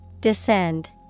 Descend